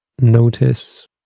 notice